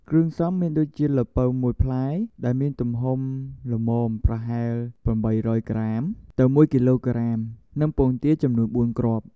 គ្រឿងផ្សំមានដូចជា ល្ពៅ ១ ផ្លែ ដែលមានទំហំល្មម ប្រហែល ៨០០ ក្រាម ទៅ ១ គីឡូក្រាម និងពងទា ចំនួន៤គ្រាប់។